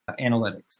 analytics